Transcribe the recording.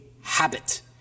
habit